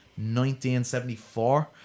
1974